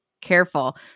careful